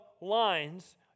lines